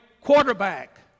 quarterback